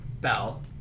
bell